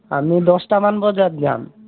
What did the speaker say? আমি দহটামান বজাত যাম